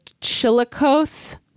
Chillicothe